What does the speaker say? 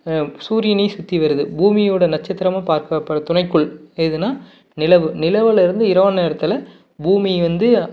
சூரியனையும் சுற்றி வருது பூமியோடய நட்சத்திரமாக பார்க்க படு துணைக்கோள் எதுன்னா நிலவு நிலவில் இருந்து இரவு நேரத்தில் பூமி வந்து